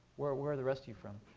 where where are the rest of you from?